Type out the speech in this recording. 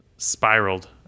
spiraled